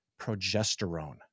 progesterone